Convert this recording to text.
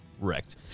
wrecked